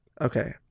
Okay